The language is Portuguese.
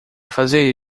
fazer